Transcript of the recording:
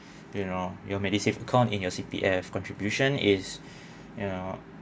you know your medisave account in your C_P_F contribution is you know